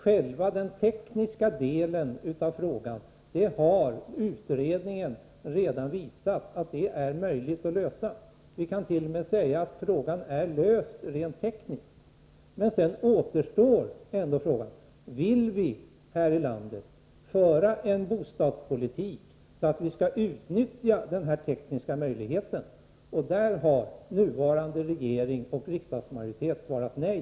Utredningen har redan visat att det är möjligt att lösa själva den tekniska delen av frågan. Vi kan t.o.m. säga att frågan är löst rent tekniskt. Men sedan återstår ändå denna fråga: Vill vi här i landet föra en bostadspolitik på det sättet att vi utnyttjar denna tekniska möjlighet? På den frågan har nuvarande regering och riksdagsmajoritet svarat nej.